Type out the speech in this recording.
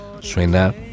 suena